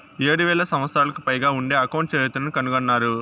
ఏడు వేల సంవత్సరాలకు పైగా ఉండే అకౌంట్ చరిత్రను కనుగొన్నారు